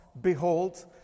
Behold